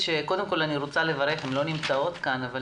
קודם כל אני רוצה לברך הן לא נמצאות כאן אבל